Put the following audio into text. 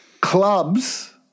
clubs